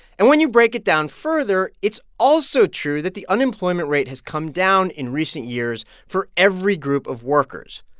and when you break it down further, it's also true that the unemployment rate has come down in recent years for every group of workers.